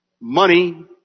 money